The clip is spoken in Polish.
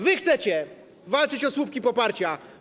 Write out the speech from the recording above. Wy chcecie walczyć o słupki poparcia.